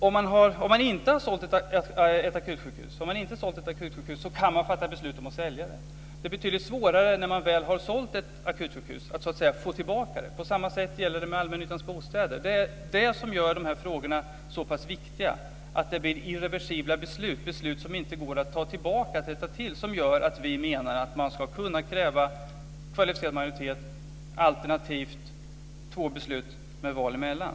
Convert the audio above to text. Om man inte har sålt ett akutsjukhus kan man fatta beslut om att sälja det. Det är betydligt svårare att få tillbaka ett akutsjukhus när man väl har sålt det. Det förhåller sig på samma sätt med allmännyttans bostäder. Det är det som gör dessa frågor så viktiga, att det blir irreversibla beslut, dvs. beslut som inte går att rätta till. Det gör att man ska kunna kräva kvalificerad majoritet alternativt två beslut med val emellan.